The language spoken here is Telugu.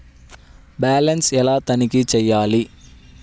బ్యాలెన్స్ ఎలా తనిఖీ చేయాలి?